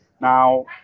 Now